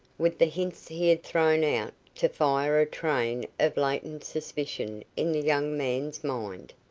with the hints he had thrown out, to fire a train of latent suspicion in the young man's mind.